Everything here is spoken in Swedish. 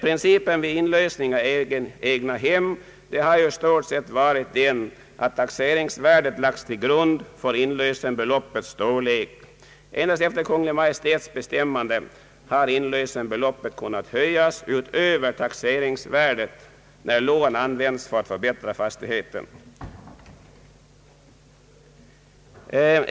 Principen vid inlösen av egnahem har i stort sett varit att taxeringsvärdet lagts till grund för inlösningsbeloppets storlek. Endast efter Kungl. Maj:ts bestämmande har inlösningsbeloppet kunnat höjas utöver taxeringsvärdet när lån använts för att förbättra fastigheten.